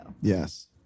Yes